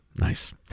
nice